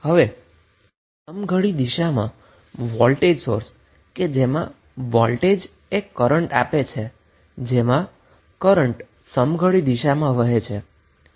હવે clockwise voltage source જે આપણે જોયો છે તેનો અર્થ એ કે વોલ્ટેજ કરન્ટ આપે છે જે કરન્ટ ક્લોકવાઈઝ દિશામાં વહે છે